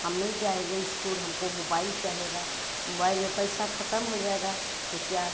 हम नहीं जाएँगे इस्कूल हमको मोबाइल चाहेगा मोबाइल में पैसा ख़त्म हो जाएगा तो क्या